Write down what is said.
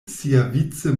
siavice